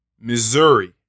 Missouri